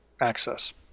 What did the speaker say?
access